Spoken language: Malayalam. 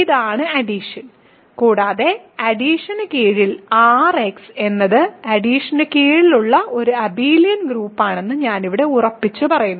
ഇതാണ് അഡിഷൻ കൂടാതെ അഡിഷന് കീഴിൽ Rx എന്നത് അഡിഷന് കീഴിലുള്ള ഒരു അബെലിയൻ ഗ്രൂപ്പാണെന്ന് ഞാൻ ഇവിടെ ഉറപ്പിച്ചുപറയുന്നു